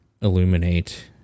illuminate